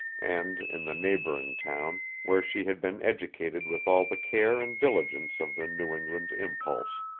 and in the neighboring town, where she had been educated with all the care and diligence of the new england impulse.